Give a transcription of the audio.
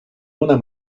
una